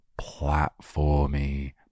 Platformy